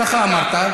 ככה אמרת.